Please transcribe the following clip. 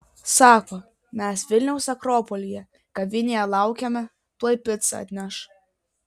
sako mes vilniaus akropolyje kavinėje laukiame tuoj picą atneš